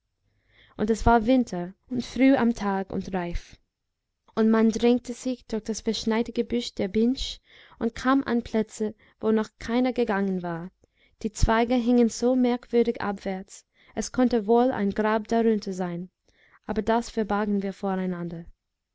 und es war winter und früh am tag und reif und man drängte sich durch das verschneite gebüsch der binche und kam an plätze wo noch keiner gegangen war die zweige hingen so merkwürdig abwärts es konnte wohl ein grab darunter sein aber das verbargen wir voreinander